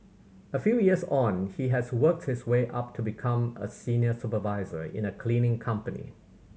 a few years on he has worked his way up to become a senior supervisor in a cleaning company